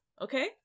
okay